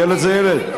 ילד זה ילד.